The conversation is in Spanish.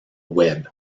web